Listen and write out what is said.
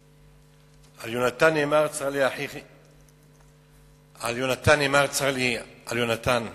על יהונתן נאמר: צר לי על יהונתן אחי.